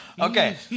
Okay